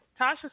Tasha